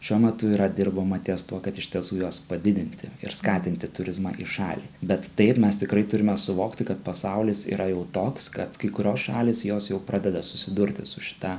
šiuo metu yra dirbama ties tuo kad iš tiesų juos padidinti ir skatinti turizmą į šalį bet taip mes tikrai turime suvokti kad pasaulis yra jau toks kad kai kurios šalys jos jau pradeda susidurti su šita